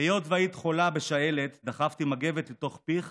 היות שהיית חולה בשעלת דחפתי מגבת לתוך פיך